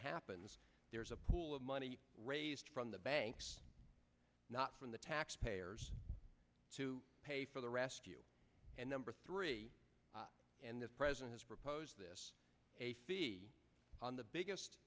happens there is a pool of money raised from the banks not from the taxpayers to pay for the rescue and number three and this president has proposed this a fee on the biggest